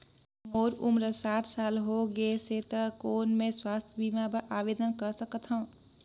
मोर उम्र साठ साल हो गे से त कौन मैं स्वास्थ बीमा बर आवेदन कर सकथव?